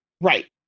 right